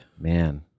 man